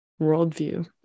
worldview